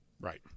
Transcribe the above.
right